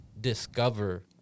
discover